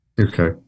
Okay